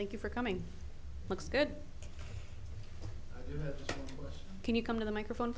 thank you for coming looks good can you come to the microphone